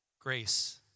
grace